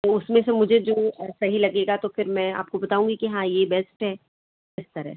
तो उसमें से मुझे जो सही लगेगा तो फिर मैं आपको बताऊँगी कि हाँ यह बेस्ट है इस तरह